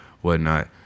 whatnot